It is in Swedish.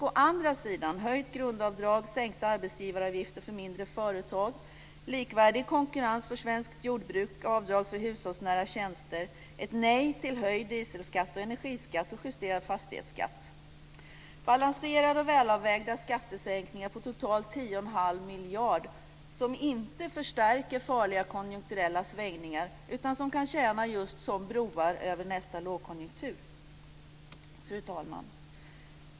Å andra sidan innebär det höjt grundavdrag, sänkta arbetsgivaravgifter för mindre företag, likvärdig konkurrens för svenskt jordbruk, avdrag för hushållsnära tjänster, ett nej till höjd dieselskatt och energiskatt och justerad fastighetsskatt. Det är balanserade och välavvägda skattesänkningar på totalt tio och en halv miljarder kronor som inte förstärker farliga konjunkturella svängningar utan som kan tjäna just som broar över nästa lågkonjunktur. Fru talman!